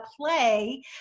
play